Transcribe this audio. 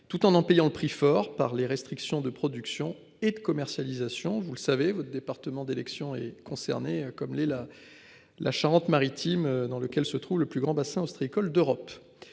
tout en en payant le prix fort par les restrictions de production et de commercialisation, vous le savez votre département d'élection est concerné comme les la. La Charente-Maritime dans lequel se trouve le plus grand bassin ostréicole d'Europe.